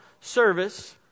service